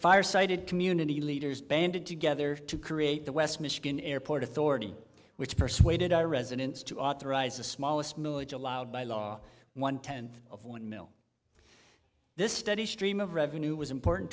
fire cited community leaders banded together to create the west michigan airport authority which persuaded our residents to authorize the smallest milage allowed by law one tenth of one mil this steady stream of revenue was important